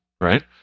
right